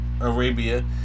Arabia